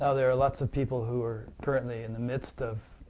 ah there are lots of people who are currently in the midst of